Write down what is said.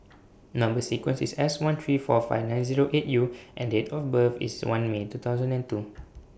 Number sequence IS S one three four five nine Zero eight U and Date of birth IS one May two thousand and two